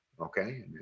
okay